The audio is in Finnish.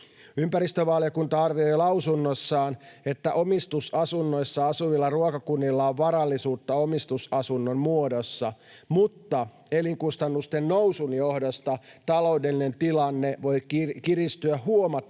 Ympäristövaliokunta arvioi lausunnossaan, että omistusasunnoissa asuvilla ruokakunnilla on varallisuutta omistusasunnon muodossa, mutta elinkustannusten nousun johdosta taloudellinen tilanne voi kiristyä huomattavasti